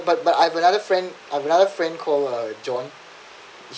but but I've another friend I've another friend call uh john